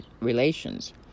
relations